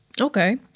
Okay